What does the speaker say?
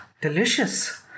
delicious